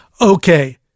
Okay